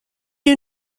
you